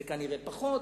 זה כנראה פחות,